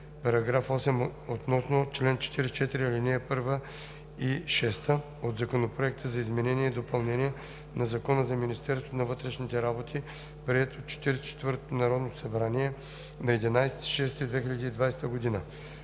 8 и § 8 относно чл. 44, ал. 1 и 6 от Законопроекта за изменение и допълнение на Закона за Министерството на вътрешните работи, приет от 44-тото народно събрание на 11 юни 2020 г.